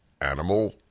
animal